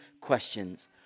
questions